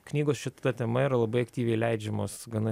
knygos šita tema yra labai aktyviai leidžiamos gana